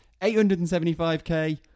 875k